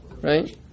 right